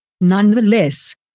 Nonetheless